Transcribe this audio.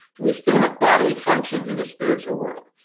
do we still have bodily functions in the spiritual world?